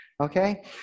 okay